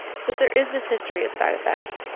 so if there is this history of side effects,